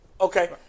okay